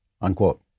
Unquote